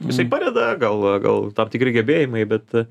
jisai padeda gal gal tam tikri gebėjimai bet